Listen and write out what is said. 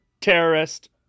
terrorist